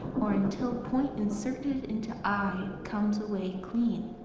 or until point inserted into eye comes away clean.